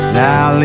now